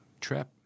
trip